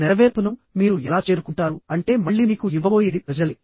ఆ నెరవేర్పును మీరు ఎలా చేరుకుంటారు అంటే మళ్ళీ మీకు ఇవ్వబోయేది ప్రజలే